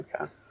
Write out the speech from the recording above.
Okay